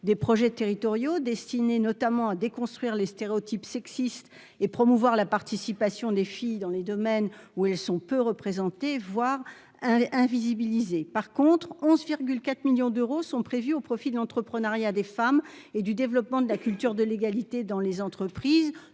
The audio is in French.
des projets territoriaux destinés notamment à déconstruire les stéréotypes sexistes et promouvoir la participation des filles dans les domaines où elles sont peu représentées voir invisibiliser par contre 11 4 millions d'euros sont prévus au profit de l'entreprenariat des femmes et du développement de la culture, de l'égalité dans les entreprises,